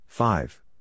Five